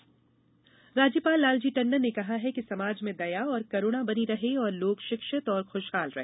राज्यपाल राज्यपाल लालजी टंडन ने कहा है कि समाज में दया और करूणा बनी रहे और लोग शिक्षित और खुशहाल रहे